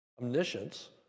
omniscience